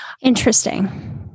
Interesting